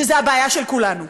שזו הבעיה של כולנו.